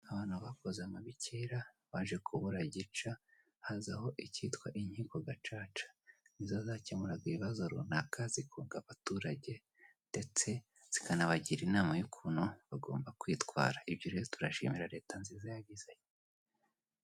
Abantu bakoze amabi kera baje kubura gica hazaho ikitwa inkiko gacaca nizo zakemuraga ibibazo runaka zikunga abaturage ndetse zikanabagira inama y'ukuntu bagomba kwitwara, ibyo rero turashimira leta nziza yabizanye.